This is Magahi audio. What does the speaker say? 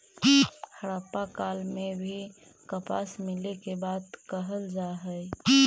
हड़प्पा काल में भी कपास मिले के बात कहल जा हई